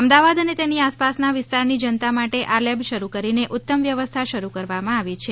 અમદાવાદ અને તેની આસપાસના વિસ્તારની જનતા માટે આ લેબ શરૂ કરીને ઉત્તમ વ્યવસ્થા શરૂ કરવામાં આવી છે